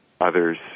Others